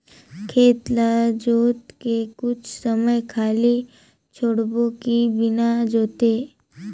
खेत ल जोत के कुछ समय खाली छोड़बो कि बिना जोते?